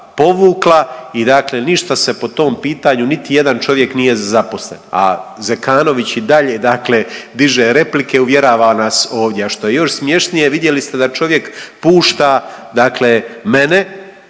povukla i dakle ništa se po tom pitanju niti jedan čovjek nije zaposlen, a Zekanović i dalje diže replike uvjerava nas ovdje. A što je još smješnije vidjeli ste da čovjek pušta mene